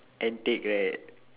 antique right